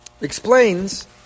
explains